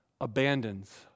abandons